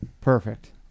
Perfect